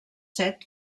set